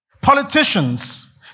politicians